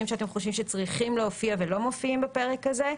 שאתם חושבים שצריכים להופיע ולא מופיעים בפרק הזה.